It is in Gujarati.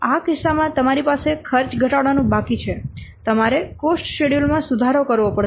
આ કિસ્સામાં તમારી પાસે ખર્ચ ઘટાડવાનું બાકી છે તમારે કોસ્ટ શેડ્યૂલ માં સુધારો કરવો પડશે